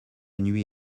nuit